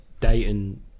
dating